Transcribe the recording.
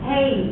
Hey